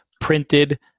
printed